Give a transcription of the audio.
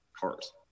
cars